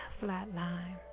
flatline